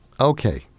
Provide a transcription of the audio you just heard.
okay